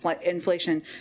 inflation